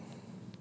hardwork